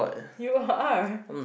you are